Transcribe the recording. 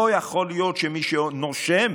לא יכול להיות שמי שנושם